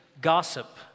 gossip